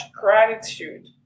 gratitude